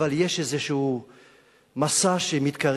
אבל יש איזה מסע שמתקרב.